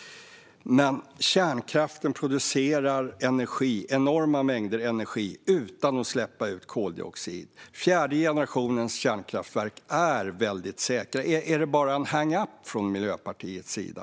Men kärnkraften producerar enorma mängder energi utan att släppa ut koldioxid. Fjärde generationens kärnkraftverk är väldigt säkra. Är det bara en hang-up från Miljöpartiets sida?